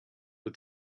but